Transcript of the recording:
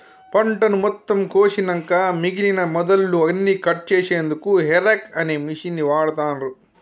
పంటను మొత్తం కోషినంక మిగినన మొదళ్ళు అన్నికట్ చేశెన్దుకు హేరేక్ అనే మిషిన్ని వాడుతాన్రు